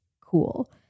cool